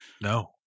no